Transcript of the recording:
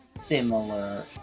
similar